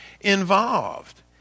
involved